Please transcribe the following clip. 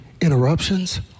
interruptions